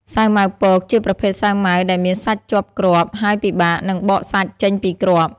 សាវម៉ាវពក ជាប្រភេទសាវម៉ាវដែលមានសាច់ជាប់គ្រាប់ ហើយពិបាកនឹងបកសាច់ចេញពីគ្រាប់។